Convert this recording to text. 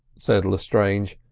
said lestrange,